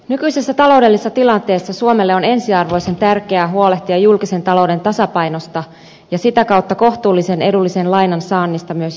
nykyisessä taloudellisessa tilanteessa suomelle on ensiarvoisen tärkeää huolehtia julkisen talouden tasapainosta ja sitä kautta kohtuullisen edullisen lainan saannista myös jatkossa